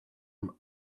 them